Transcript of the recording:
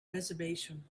reservation